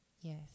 Yes